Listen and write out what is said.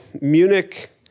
Munich